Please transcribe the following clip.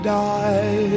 die